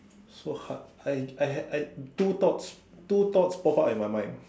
so hard I I had two thoughts two thoughts popped up in my mind